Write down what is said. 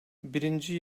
birinci